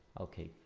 okay,